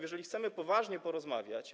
Jeżeli chcemy poważnie porozmawiać.